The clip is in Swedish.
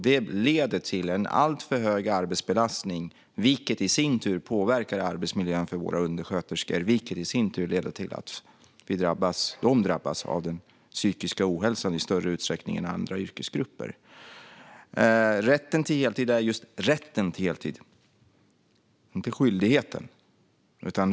Det leder till en alltför hög arbetsbelastning, vilket i sin tur påverkar arbetsmiljön för våra undersköterskor. Detta leder i sin tur till att de drabbas av psykisk ohälsa i större utsträckning än andra yrkesgrupper. Rätten till heltid är just en rätt, inte en skyldighet.